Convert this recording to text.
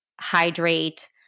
hydrate